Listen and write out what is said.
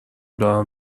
دارم